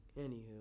anywho